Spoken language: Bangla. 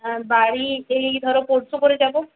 আর বাড়ি এই ধরো পরশু করে যাব